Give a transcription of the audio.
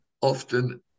often